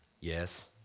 Yes